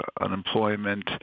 unemployment